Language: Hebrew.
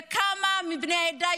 לכמה מבני העדה,